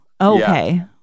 okay